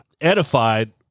edified